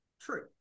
true